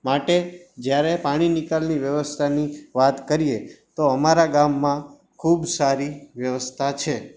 માટે જયારે પાણી નિકાલની વ્યવસ્થાની વાત કરીએ તો અમારા ગામમાં ખૂબ સારી વ્યવસ્થા છે